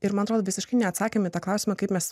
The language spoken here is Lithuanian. ir man atrodo visiškai neatsakėme į tą klausimą kaip mes